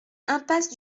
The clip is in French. impasse